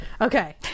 okay